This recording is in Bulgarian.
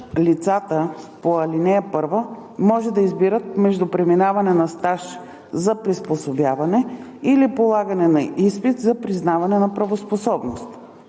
лицата по ал. 1 може да избират между преминаване на стаж за приспособяване или полагане на изпит за признаване на правоспособност.